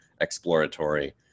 exploratory